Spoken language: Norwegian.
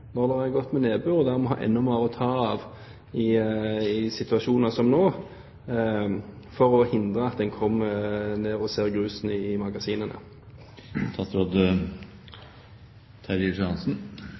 det er godt med nedbør, og der en har enda mer å ta av i slike situasjoner som det vi nå har for å hindre at en ser grusen i magasinene?